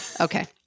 Okay